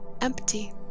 empty